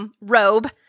robe